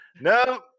No